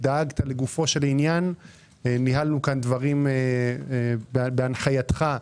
דאגת לגופו של עניין וניהלנו כאן דברים חשובים מאוד בהנחייתך.